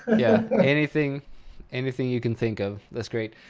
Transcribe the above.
yeah. anything anything you can think of. that's great.